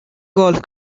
golf